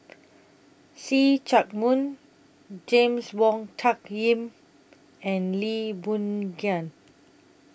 See Chak Mun James Wong Tuck Yim and Lee Boon Ngan